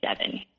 seven